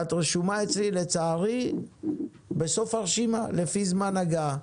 את רשומה אצלי, לצערי, בסוף הרשימה לפי זמן הגעה.